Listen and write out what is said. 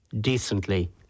decently